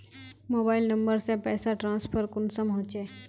Mobile number से पैसा transfer कुंसम होचे?